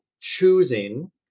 choosing